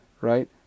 right